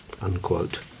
unquote